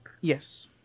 Yes